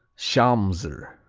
schamser,